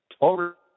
Over